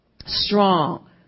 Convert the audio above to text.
strong